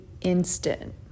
instant